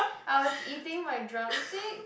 I was eating my drumstick